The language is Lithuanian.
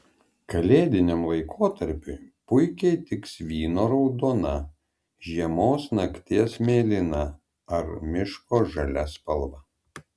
kalėdiniam laikotarpiui puikiai tiks vyno raudona žiemos nakties mėlyna ar miško žalia spalva